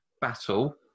battle